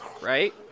right